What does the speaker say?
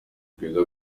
bwiza